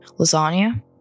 Lasagna